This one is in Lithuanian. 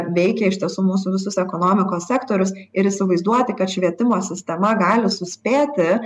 veikia iš tiesų mūsų visus ekonomikos sektorius ir įsivaizduoti kad švietimo sistema gali suspėti